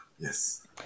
Yes